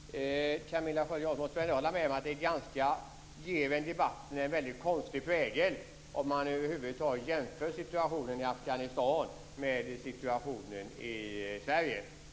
Fru talman! Camilla Sköld Jansson måste ändå hålla med om att det ger debatten en väldigt konstig prägel att över huvud taget jämföra situationen i Afghanistan med situationen i Sverige.